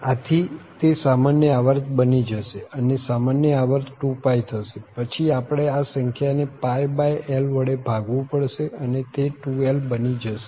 આથી તે સામાન્ય આવર્ત બની જશે અને સામાન્ય આવર્ત 2π થશે પછી આપણે આ સંખ્યા ને l વડે ભાગવું પડશે અને તે 2l બની જશે